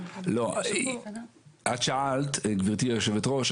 גבירתי היושבת-ראש,